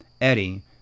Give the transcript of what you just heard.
Eddie